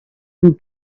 and